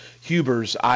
Huber's